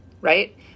right